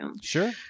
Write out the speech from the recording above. sure